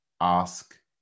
ask